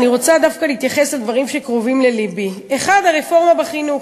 אבל אני רוצה דווקא להתייחס לדברים שקרובים ללבי: 1. הרפורמה בחינוך.